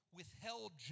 withheld